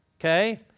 Okay